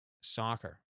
soccer